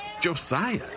Josiah